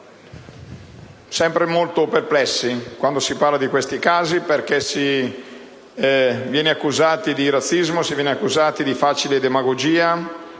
si è sempre molto perplessi quando si parla di questi casi, perché si viene accusati di razzismo e di facile demagogia;